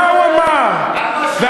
מה הוא אמר, תמציאו משהו חדש.